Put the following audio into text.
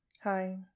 hi